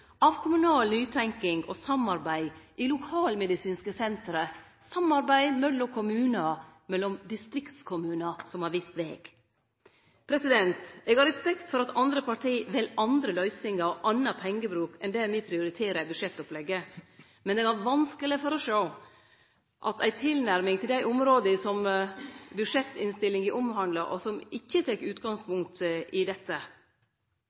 av kommunal nytenking og samarbeid i lokalmedisinske senter, samarbeid mellom kommunar, mellom distriktskommunar som har vist veg. Eg har respekt for at andre parti vel andre løysingar og annan pengebruk enn det me prioriterer i budsjettopplegget. Men eg har vanskeleg for å sjå for meg ei tilnærming til dei områda som budsjettinnstillinga omhandlar, som ikkje tek utgangspunkt i dette: